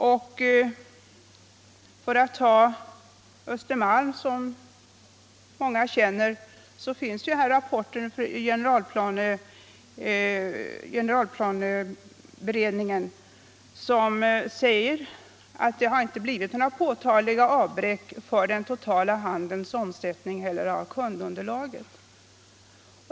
Beträffande t.ex. Östermalm, som många känner till, sägs i rapporten från generalplaneberedningen att det inte blivit något påtagligt avbräck i den totala handelns omsättning eller i kund underlaget.